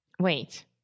Wait